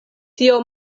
tio